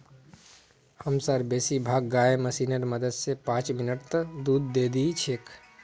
हमसार बेसी भाग गाय मशीनेर मदद स पांच मिनटत दूध दे दी छेक